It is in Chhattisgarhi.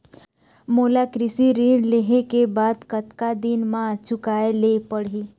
मोला कृषि ऋण लेहे के बाद कतका दिन मा चुकाए ले पड़ही?